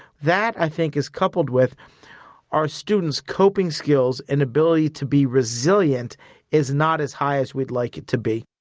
that, i think, is coupled with our students' coping skills and ability to be resilient is not as high as we'd like it to be.